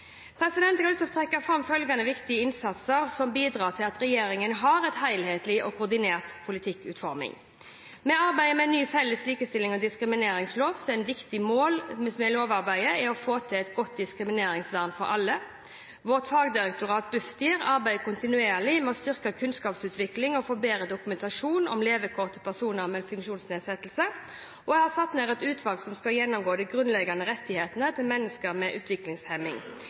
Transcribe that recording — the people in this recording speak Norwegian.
Jeg har lyst til å trekke fram følgende viktige innsatser som bidrar til at regjeringen har en helhetlig og koordinert politikkutforming: Vi arbeider med en ny felles likestillings- og diskrimineringslov – et viktig mål med lovarbeidet er å få til et godt diskrimineringsvern for alle. Vårt fagdirektorat, Bufdir, arbeider kontinuerlig med å styrke kunnskapsutvikling og å få bedre dokumentasjon om levekår til personer med funksjonsnedsettelse. Jeg har satt ned et utvalg som skal gjennomgå de grunnleggende rettighetene til mennesker med utviklingshemming.